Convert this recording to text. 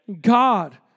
God